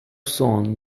sworn